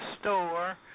store